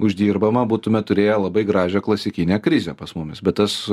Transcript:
uždirbama būtume turėję labai gražią klasikinę krizę pas mumis bet tas